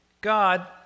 God